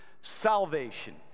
salvation